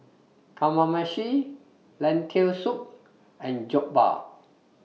Kamameshi Lentil Soup and Jokbal